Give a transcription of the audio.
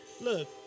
look